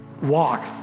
walk